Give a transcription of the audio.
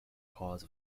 cause